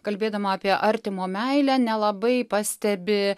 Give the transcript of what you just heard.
kalbėdama apie artimo meilę nelabai pastebi